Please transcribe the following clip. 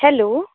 hello